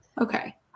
okay